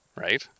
right